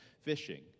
fishing